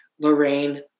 Lorraine